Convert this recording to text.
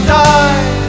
die